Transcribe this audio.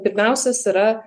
pirmiausias yra